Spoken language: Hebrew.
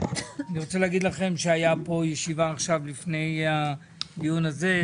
אני רוצה להגיד לכם שהיה פה ישיבה עכשיו לפני הדיון הזה,